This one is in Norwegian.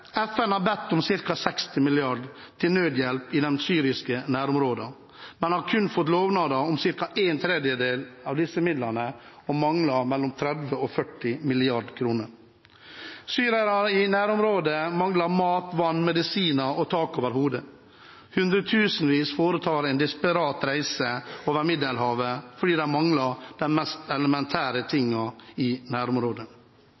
FN har bedt om ca. 60 mrd. kr til nødhjelp i de syriske nærområdene, men har kun fått lovnader om ca. en tredjedel av disse midlene og mangler 30–40 mrd. kr. Syrere i nærområdet mangler mat, vann, medisiner og tak over hodet. Hundretusenvis foretar en desperat reise over Middelhavet fordi de mangler de mest elementære tingene i